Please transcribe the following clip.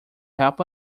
help